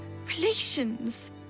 relations